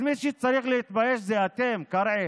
אז מי שצריך להתבייש זה אתם, קרעי,